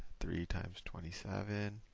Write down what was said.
three times twenty seven.